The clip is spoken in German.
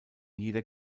jeder